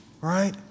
right